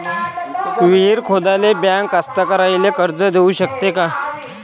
विहीर खोदाले बँक कास्तकाराइले कर्ज देऊ शकते का?